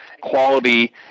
Quality